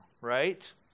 right